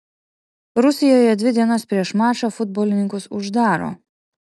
rusijoje dvi dienas prieš mačą futbolininkus uždaro